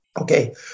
Okay